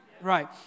Right